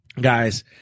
Guys